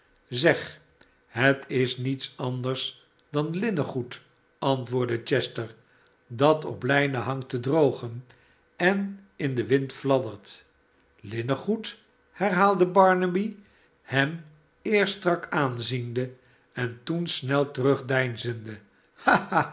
zeg het is mets anders dan linnengoed antwoordde chester sdatoplijnen hangt te drogen en in den wind fladdert linnengoed herhaalde barnaby hem eerst strak aanziende en toen snel terugdeinzende